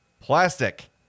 plastic